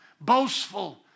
boastful